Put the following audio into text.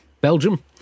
Belgium